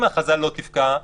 אם ההכרזה לא תפקע,